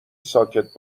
ساکت